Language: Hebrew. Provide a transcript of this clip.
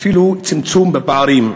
ואפילו לא לצמצום בפערים.